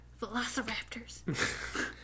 Velociraptors